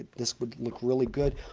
this would look really good.